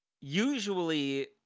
usually